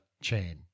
chain